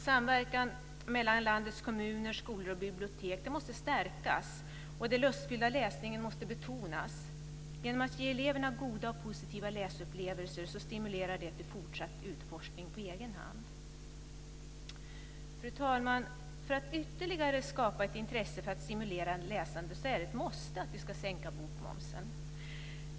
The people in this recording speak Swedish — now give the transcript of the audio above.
Samverkan mellan landets kommuner, skolor och bibliotek måste stärkas, och den lustfyllda läsningen måste betonas. Genom att ge eleverna goda och positiva läsupplevelser stimulerar det till fortsatt utforskning på egen hand. Fru talman! För att ytterligare skapa ett intresse för att stimulera läsandet är det ett måste att vi ska sänka bokmomsen.